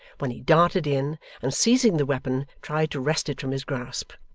when he darted in and seizing the weapon tried to wrest it from his grasp.